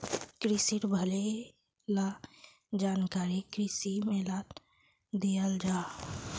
क्रिशिर भले ला जानकारी कृषि मेलात दियाल जाहा